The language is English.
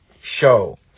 show